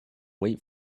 wait